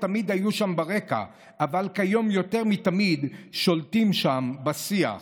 שתמיד היו שם ברקע אבל כיום יותר מתמיד שולטות שם בשיח.